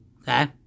Okay